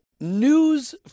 news